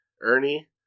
Ernie